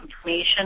information